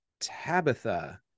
Tabitha